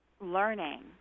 learning